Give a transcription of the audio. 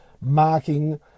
marking